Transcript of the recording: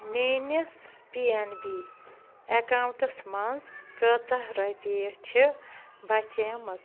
میٛٲنِس P N B اٮ۪کاوُنٛٹَس منٛز کۭژاہ رۄپیہِ چھِ بچیمٕژ